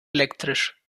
elektrisch